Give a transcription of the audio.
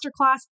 masterclass